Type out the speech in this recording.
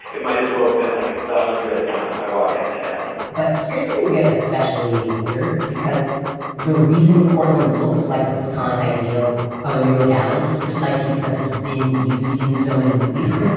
it might as well have been like the hundredth time i walked down that alley but here's where things get especially weird, because the reason cortlandt looks like the platonic ideal of a new york alley is precisely because it's been used in so many movies